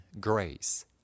grace